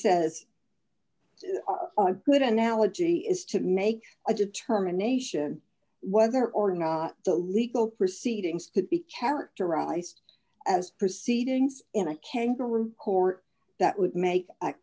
says good analogy is to make a determination whether or not the legal proceedings could be characterized as proceedings in a kangaroo court that would make a